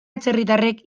atzerritarrek